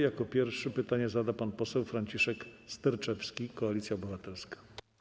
Jako pierwszy pytanie zada pan poseł Franciszek Sterczewski, Koalicja Obywatelska.